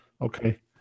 Okay